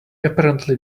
apparently